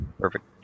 Perfect